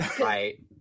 Right